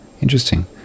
interesting